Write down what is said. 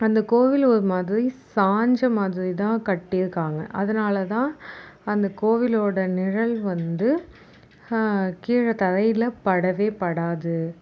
அந்த கோவில் ஒரு மாதிரி சாய்ஞ்ச மாதிரி தான் கட்டிருக்காங்க அதனால தான் அந்த கோவிலோட நிழல் வந்து கீழே தரையில படவே படாது